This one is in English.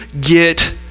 get